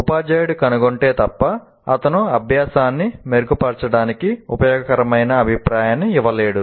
ఉపాధ్యాయుడు కనుగొంటే తప్ప అతను అభ్యాసాన్ని మెరుగుపరచడానికి ఉపయోగకరమైన అభిప్రాయాన్ని ఇవ్వలేడు